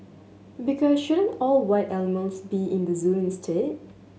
because shouldn't all wild animals be in the zoo instead